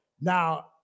Now